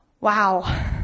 wow